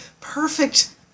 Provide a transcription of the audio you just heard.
perfect